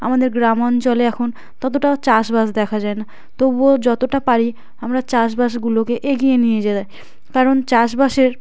আমাদের গ্রাম অঞ্চলে এখন ততটা চাষবাস দেখা যায় না তবুও যতটা পারি আমরা চাষবাসগুলোকে এগিয়ে নিয়ে যাই কারণ চাষবাসের